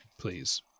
please